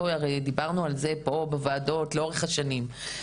הרי דיברנו על זה פה בוועדות לאורך השנים.